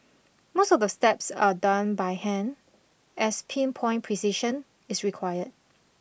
most of the steps are done by hand as pin point precision is required